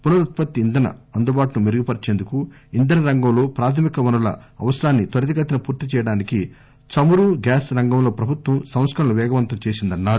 పునర్ ఉత్పత్తి ఇంధన అందుబాటును మెరుగుపర్సేందుకు ఇంధన రంగంలో ప్రాథమిక వనరుల అవసరాన్ని త్వరితగతిన పూర్తి చేయడానికి చమురు గ్యాస్ రంగంలో ప్రభుత్వం సంస్కరణలు పేగవంతం చేసిందన్నారు